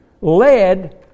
led